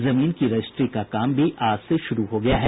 जमीन की रजिस्ट्री का काम भी आज से शुरू हो गया है